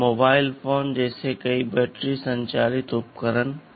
mobile phone जैसे कई battery संचालित उपकरण हैं